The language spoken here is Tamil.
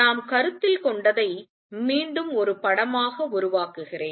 நாம் கருத்தில் கொண்டதை மீண்டும் ஒரு படமாக உருவாக்குகிறேன்